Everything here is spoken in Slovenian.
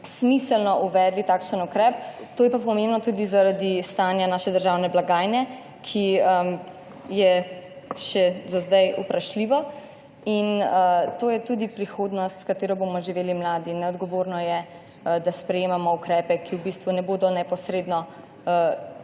smiselno uvedli takšen ukrep. To je pa pomembno tudi zaradi stanja naše državne blagajne, ki je za sedaj še vprašljivo. To je tudi prihodnost, s katero bomo živeli mladi. Neodgovorno je, da sprejemamo ukrepe, ki v bistvu ne bodo neposredno